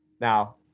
Now